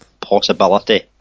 possibility